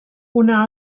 una